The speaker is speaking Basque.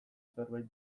zerbait